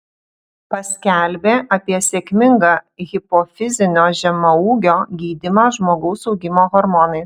paskelbė apie sėkmingą hipofizinio žemaūgio gydymą žmogaus augimo hormonais